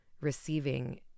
receiving